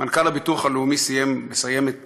מנכ"ל הביטוח הלאומי מסיים את